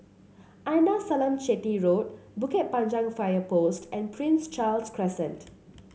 Arnasalam Chetty Road Bukit Panjang Fire Post and Prince Charles Crescent